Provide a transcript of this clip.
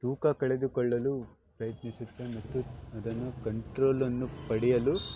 ತೂಕ ಕಳೆದುಕೊಳ್ಳಲು ಪ್ರಯತ್ನಿಸುತ್ತೆ ಮತ್ತು ಅದನ್ನು ಕಂಟ್ರೋಲನ್ನು ಪಡೆಯಲು